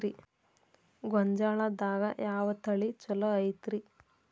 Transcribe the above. ಗೊಂಜಾಳದಾಗ ಯಾವ ತಳಿ ಛಲೋ ಐತ್ರಿ?